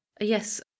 Yes